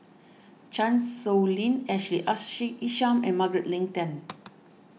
Chan Sow Lin Ashley Isham and Margaret Leng Tan